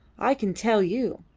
i can tell you.